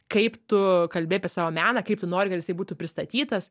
kaip tu kalbi apie savo meną kaip tu nori kad jisai būtų pristatytas